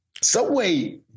Subway